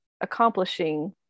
accomplishing